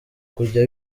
kujya